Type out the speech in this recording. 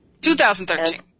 2013